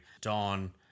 Dawn